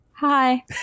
Hi